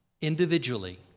individually